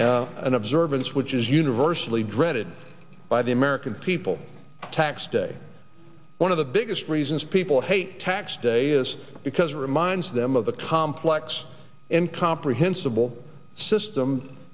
and an observance which is universally dreaded by the american people tax day one of the biggest reasons people hate tax day is because it reminds them of the complex and comprehensible